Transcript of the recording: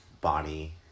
body